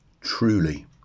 truly